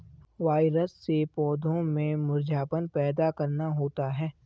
virus से पौधों में मुरझाना पैदा करना होता है